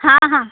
हां हां